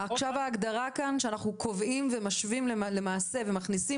עכשיו ההגדרה כאן היא שאנחנו קובעים ומשווים ומכניסים